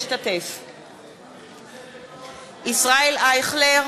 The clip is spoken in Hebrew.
משתתף בהצבעה ישראל אייכלר,